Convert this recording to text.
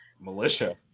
Militia